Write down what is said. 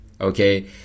okay